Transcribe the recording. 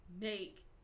make